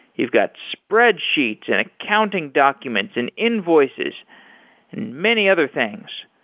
you've got spreadsheets, and accounting documents, and invoices, and many other things.